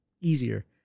easier